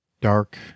dark